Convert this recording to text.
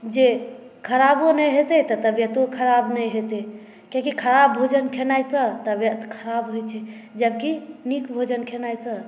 जे खराबो नहि हेतै तऽ तबियतो ख़राब नहि हेतै कियाकि ख़राब भोजन खेलासॅं तबियत ख़राब होइ छै जबकि नीक भोजन खेलासॅं